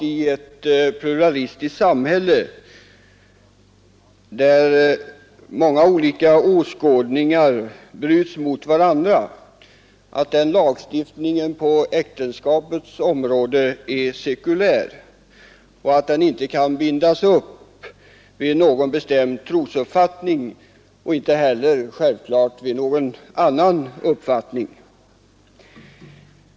I ett pluralistiskt samhälle, där många olika åskådningar bryts mot varandra, är det självklart att lagstiftningen på äktenskapets område är sekulariserad och att den inte kan bindas upp vid någon bestämd trosuppfattning, och självfallet inte heller vid någon annan uppfattning.